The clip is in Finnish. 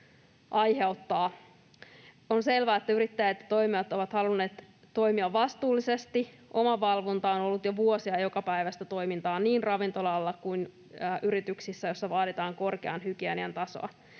aiheuttaa: On selvää, että yrittäjät ja toimijat ovat halunneet toimia vastuullisesti. Omavalvonta on ollut jo vuosia jokapäiväistä toimintaa niin ravintola-alalla kuin yrityksissä, joissa vaaditaan korkean hygienian tasoa.